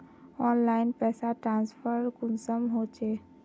Online पैसा transfer कुंसम होचे?